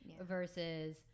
versus